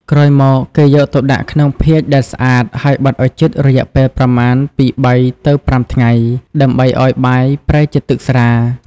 ក្រោយមក គេយកទៅដាក់ក្នុងភាជន៍ដែលស្អាត ហើយបិទឱ្យជិតរយៈពេលប្រមាណពី ៣ ទៅ ៥ ថ្ងៃ ដើម្បីឱ្យបាយប្រែជាទឹកស្រា។